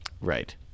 Right